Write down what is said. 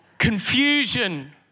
Confusion